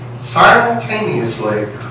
simultaneously